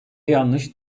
yanlış